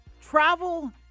travel